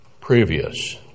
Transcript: previous